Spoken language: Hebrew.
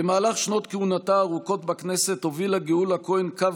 במהלך שנות כהונתה הארוכות בכנסת הובילה גאולה כהן קו